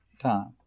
time